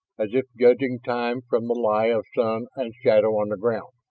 as if judging time from the lie of sun and shadow on the ground.